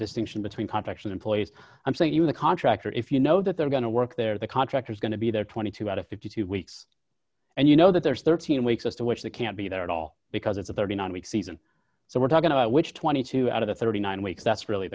distinction between protection employees i'm saying in the contract or if you know that they're going to work there the contractor is going to be there twenty two out of fifty two weeks and you know that there's thirteen weeks as to which they can't be there at all because it's a thirty nine week season so we're going to which twenty two out of the thirty nine weeks that's really